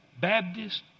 Baptist